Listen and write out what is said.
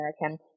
American